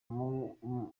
byo